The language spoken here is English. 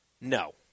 No